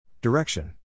Direction